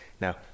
now